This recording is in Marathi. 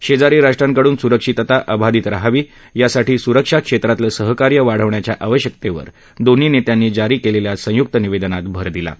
शेजारी राष्ट्रांकडून सुरक्षितता अबाधित रहावी यासाठी सुरक्षा क्षेत्रातलं सहकार्य वाढवण्याच्या आवश्यकतेवर दोन्ही नेत्यांनी जारी केलेल्या संयुक्त निवेदनात भर दिला आहे